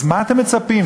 אז מה אתם מצפים,